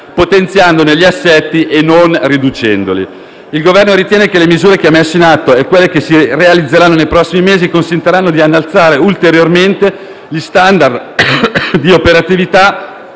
potenziandone gli assetti e non riducendoli. Il Governo ritiene che le misure che ha messo in atto e quelle che si realizzeranno nei prossimi mesi consentiranno di innalzare ulteriormente gli *standard* di operatività